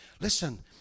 Listen